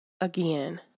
again